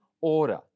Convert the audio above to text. order